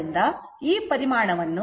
ಆದ್ದರಿಂದ ಅದನ್ನು ಈ ಪ್ರಮಾಣವನ್ನು 13